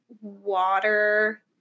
water